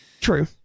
True